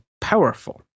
powerful